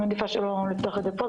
אני מעדיפה לא לפתוח את זה פה.